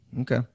Okay